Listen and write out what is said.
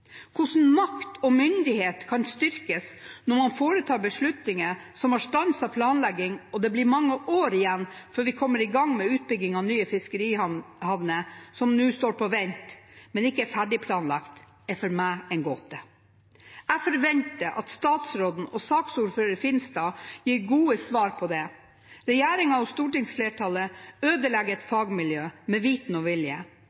Hvordan makt og myndighet kan styrkes når man foretar beslutninger som har stanset planleggingen – og det blir mange år før vi igjen kommer i gang med utbygging av nye fiskerihavner som står på vent nå, men ikke er ferdigplanlagt – er for meg en gåte. Jeg forventer at statsråden og saksordfører Finstad gir gode svar på det. Regjeringen og stortingsflertallet ødelegger et fagmiljø, med viten og vilje.